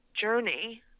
journey